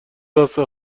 واسه